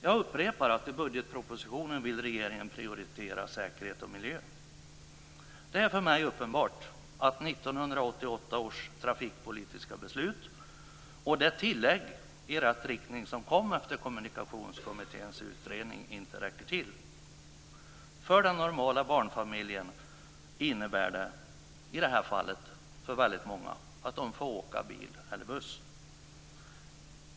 Jag upprepar att i budgetpropositionen vill regeringen prioritera säkerhet och miljö. Det är för mig uppenbart att 1988 års trafikpolitiska beslut och det tillägg i rätt riktning som kom efter Kommunikationskommitténs utredning inte räcker till. För den normala barnfamiljen ovan innebär det att de får åka bil eller buss.